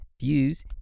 views